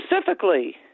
specifically